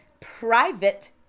private